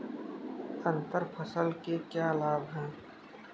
अंतर फसल के क्या लाभ हैं?